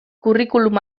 curriculum